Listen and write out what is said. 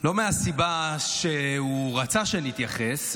לא מהסיבה שהוא רצה שאני אתייחס,